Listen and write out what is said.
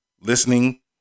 listening